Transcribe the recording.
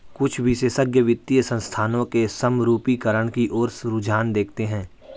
कुछ विशेषज्ञ वित्तीय संस्थानों के समरूपीकरण की ओर रुझान देखते हैं